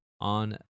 on